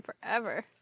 forever